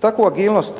takvu agilnost